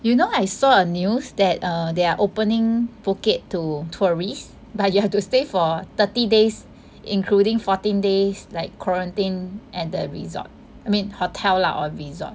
you know I saw a news that err they are opening Phuket to tourists but you have to stay for thirty days including fourteen days like quarantine at the resort I mean hotel lah or resort